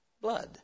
blood